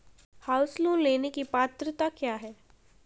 House loan लेने की पात्रता क्या है?